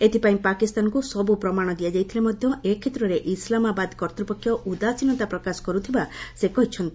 ଏଥିପାଇଁ ପାକିସ୍ତାନକୁ ସବୁ ପ୍ରମାଣ ଦିଆଯାଇଥିଲେ ମଧ୍ୟ ଏ କ୍ଷେତ୍ରରେ ଇସ୍ଲାମାବାଦ କର୍ତ୍ତୃପକ୍ଷ ଉଦାସୀନତା ପ୍ରକାଶ କରୁଥିବା ସେ କହିଛନ୍ତି